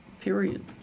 period